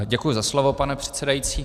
Děkuji za slovo, pane předsedající.